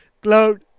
cloud